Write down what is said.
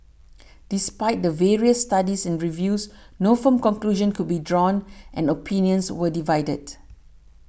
despite the various studies and reviews no firm conclusion could be drawn and opinions were divided